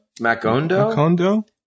Macondo